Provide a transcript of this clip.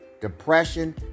depression